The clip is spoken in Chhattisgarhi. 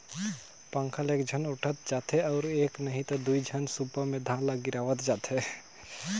पंखा ल एकझन ओटंत जाथे अउ एक नही त दुई झन सूपा मे धान ल गिरावत जाथें